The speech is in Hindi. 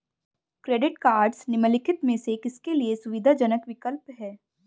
क्रेडिट कार्डस निम्नलिखित में से किसके लिए सुविधाजनक विकल्प हैं?